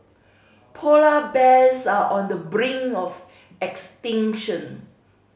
polar bears are on the brink of extinction